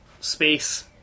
space